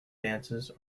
dances